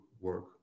work